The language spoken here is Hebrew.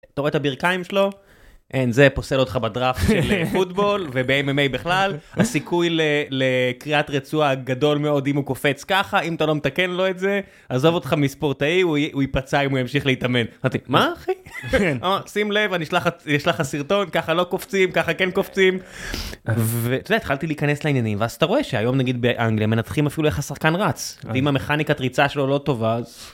אתה רואה את הברכיים שלו, אין, זה פוסל אותך בדראפט של פוטבול וב- MMA בכלל. הסיכוי לקריעת רצועה גדול מאוד אם הוא קופץ ככה, אם אתה לא מתקן לו את זה, עזוב אותך מספורטאי הוא יפצע אם הוא ימשיך להתאמן. מה אחי, שים לב אני אשלח לך סרטון ככה לא קופצים, ככה כן קופצים. והתחלתי להיכנס לעניינים, ואז אתה רואה שהיום נגיד באנגליה מנתחים אפילו איך השחקן רץ. ואם המכניקת ריצה שלו לא טובה.